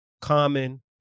common